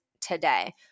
today